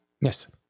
Yes